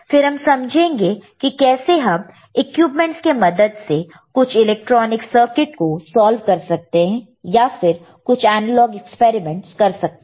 फिर हम समझेंगे कि कैसे हम इक्विपमेंट्स के मदद से कुछ इलेक्ट्रॉनिक सर्किट को सॉल्व कर सकते हैं या फिर कुछ एनालॉग एक्सपेरिमेंटस कर सकते हैं